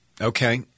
Okay